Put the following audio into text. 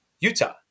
Utah